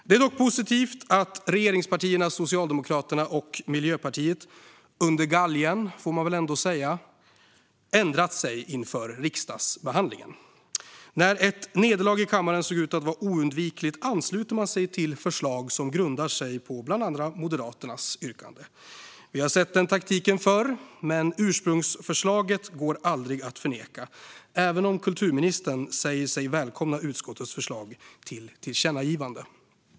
Det är dock positivt att regeringspartierna, Socialdemokraterna och Miljöpartiet - under galgen, får man ändå säga - har ändrat sig inför riksdagsbehandlingen. När ett nederlag i kammaren såg ut att vara oundvikligt anslöt man sig till det förslag som grundar sig på bland andra Moderaternas yrkande. Vi har sett den taktiken förr, men ursprungsförslaget går aldrig att förneka även om kulturministern säger sig välkomna utskottets förslag till tillkännagivande.